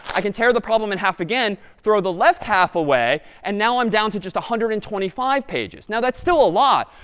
i can tear the problem in half again, throw the left half away, and now i'm down to just one hundred and twenty five pages. now, that's still a lot,